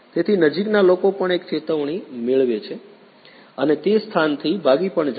તેથી નજીકના લોકો પણ એક ચેતવણી મેળવે છે અને તે સ્થાનથી ભાગી પણ જાય છે